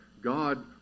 God